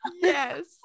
yes